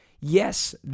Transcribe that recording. Yes